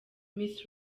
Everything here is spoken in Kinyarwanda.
miss